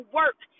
work